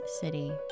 city